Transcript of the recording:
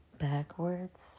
backwards